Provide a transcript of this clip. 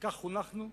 כך חונכנו,